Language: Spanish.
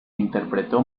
interpretó